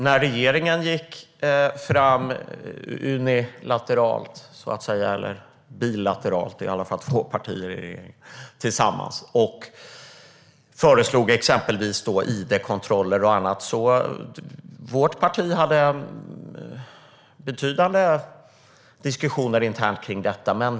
När regeringen gick fram unilateralt - bilateralt, det är i alla fall två partier i regeringen - och föreslog till exempel id-kontroller förde Liberalerna betydande interna diskussioner i frågan.